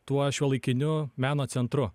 tuo šiuolaikiniu meno centru